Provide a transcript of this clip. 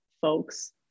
folks